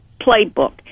playbook